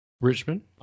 Richmond